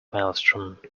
maelstrom